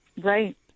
Right